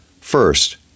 First